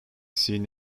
seen